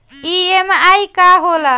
EMI का होला?